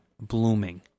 blooming